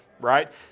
right